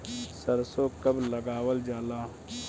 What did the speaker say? सरसो कब लगावल जाला?